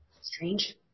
Strange